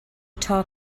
talk